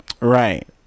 Right